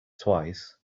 twice